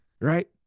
right